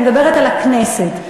אני מדברת על הכנסת.